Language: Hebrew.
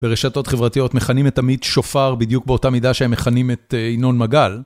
ברשתות חברתיות מכנים את עמית שופר בדיוק באותה מידה שהם מכנים את ינון מגל.